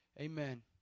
Amen